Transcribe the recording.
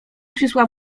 przysłał